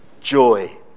joy